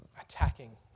Attacking